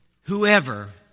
whoever